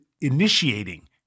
initiating